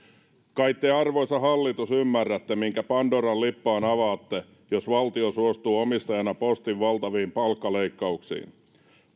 kai te arvoisa hallitus ymmärrätte minkä pandoran lippaan avaatte jos valtio suostuu omistajana postin valtaviin palkkaleikkauksiin